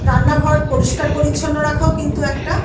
রান্নাঘর পরিষ্কার পরিচ্ছন্ন রাখাও কিন্তু একটা